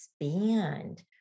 expand